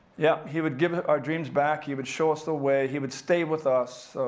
yep, he would give our dreams back. he would show us the way, he would stay with us.